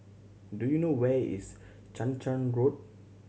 do you know where is Chang Charn Road